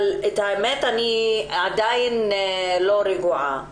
אבל למען האמת אני עדיין לא רגועה.